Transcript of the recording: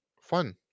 fun